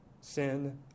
sin